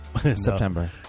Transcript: September